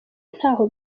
ntaho